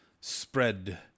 spread